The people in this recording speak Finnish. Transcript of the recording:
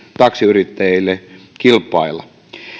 taksiyrittäjille kilpailla